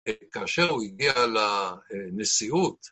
כאשר הוא הגיע לנשיאות